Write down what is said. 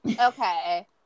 okay